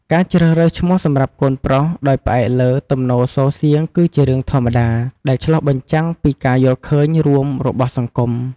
ការជ្រើសរើសឈ្មោះសម្រាប់កូនប្រុសដោយផ្អែកលើ ទំនោរសូរសៀង គឺជារឿងធម្មតា ដែលឆ្លុះបញ្ចាំងពីការយល់ឃើញរួមរបស់សង្គម។